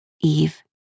Eve